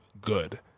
good